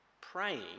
Praying